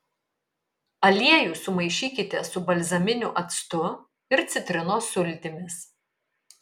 aliejų sumaišykite su balzaminiu actu ir citrinos sultimis